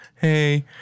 Hey